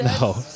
No